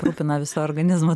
aprūpina visą organizmą